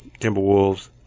Timberwolves